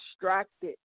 distracted